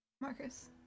Marcus